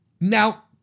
Now